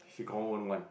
she confirm wouldn't one